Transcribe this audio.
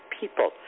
people